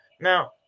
Now